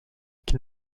qu’il